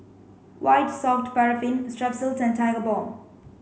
white soft paraffin Strepsils and Tigerbalm